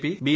P B